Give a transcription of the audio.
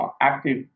active